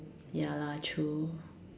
ya lah true